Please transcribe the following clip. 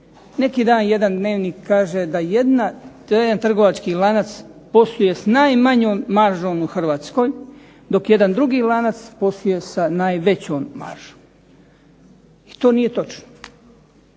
Neki dan jedan dnevnik kaže da jedan trgovački lanac posluje s najmanjom maržom u Hrvatskoj dok jedan drugi lanac posluje s najvećom maržom. I to nije točno.